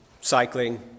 cycling